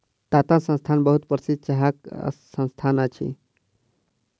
टाटा संस्थान बहुत प्रसिद्ध चाहक संस्थान अछि